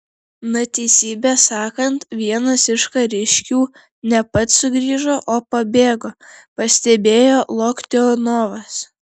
na teisybę sakant vienas iš kariškių ne pats sugrįžo o pabėgo pastebėjo loktionovas